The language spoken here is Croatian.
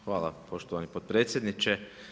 Hvala poštovani potpredsjedniče.